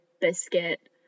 biscuit